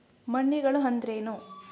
ಮಂಡಿಗಳು ಅಂದ್ರೇನು?